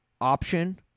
option